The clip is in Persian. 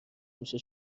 میشه